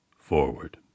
forward